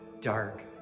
dark